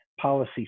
policy